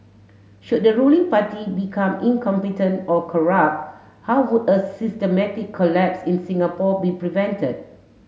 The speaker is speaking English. should the ruling party become incompetent or corrupt how would a systematic collapse in Singapore be prevented